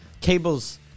cables